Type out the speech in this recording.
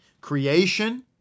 Creation